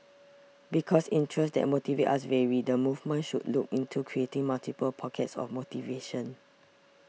because interests that motivate us vary the movement should look into creating multiple pockets of motivation